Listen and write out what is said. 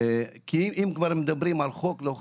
אם כבר מדברים על חוק או לא חוק,